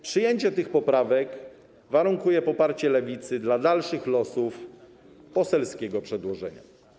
Przyjęcie tych poprawek warunkuje poparcie Lewicy dla dalszych losów poselskiego przedłożenia.